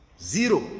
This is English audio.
Zero